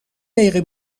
دقیقه